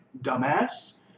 dumbass